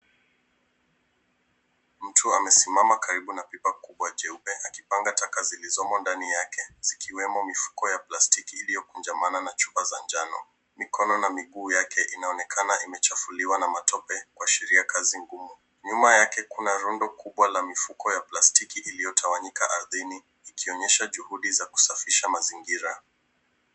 Mtu amesimama karibu na pipa kubwa jeupe akipanga taka zilizomo ndani yake zikiwemo mifuko ya plastiki iliyokunjamana na chupa za njano. Mikono na miguu yake inaonekana imechafuliwa na matope kuashiria kazi ngumu. Nyuma yake kuna rundo kubwa la mifuko ya plastiki iliyotawanyika ardhini ikionyesha juhudi za kusafisha mazingira.